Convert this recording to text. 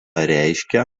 reiškia